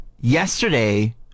yesterday